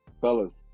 Fellas